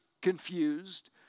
confused